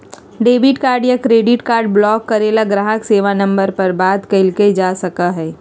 debit card या credit card block करे ला ग्राहक सेवा नंबर पर बात कइल जा सका हई